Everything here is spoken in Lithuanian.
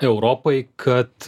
europai kad